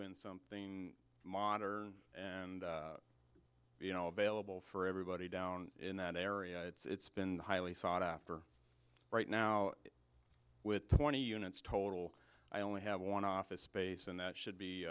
and something modern and you know available for everybody down in that area it's been highly sought after right now with twenty units total i only have one office space and that should